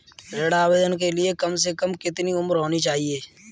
ऋण आवेदन के लिए कम से कम कितनी उम्र होनी चाहिए?